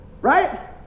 Right